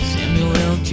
Samuel